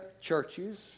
churches